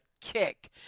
kick